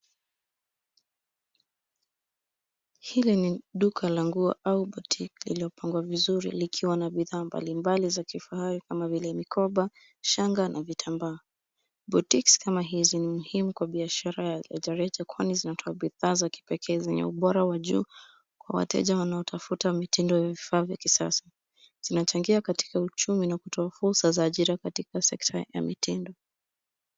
Hili ni duka la nguo au boutique , lililopangwa vizuri likiwa na bidhaa mbalimbali za kifahari, kama vile mikoba, shanga na vitambaa. Boutiques kama hizi ni muhimu kwa biashara ya rejareja kwani, zinatoa bidhaa za kipekee zenye ubora wa juu kwa wateja wanaotafuta mitindo ya vifaa vya kisasa. Zinachangia katika uchumi na kutoa fursa za ajira, katika sekta ya mitindo.